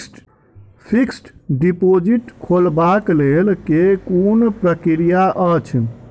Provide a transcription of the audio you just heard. Fixed deposit खोलबाक लेल केँ कुन प्रक्रिया अछि?